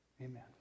Amen